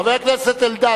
חבר הכנסת אלדד,